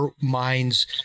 minds